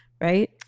Right